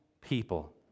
people